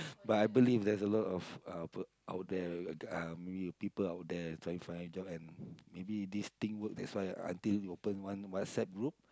but I believe there's a lot of uh pe~ out there uh many people out there trying to find a job and maybe this thing work that's why until open one WhatsApp group